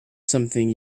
something